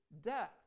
death